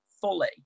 fully